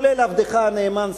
עבדך הנאמן,